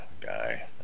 guy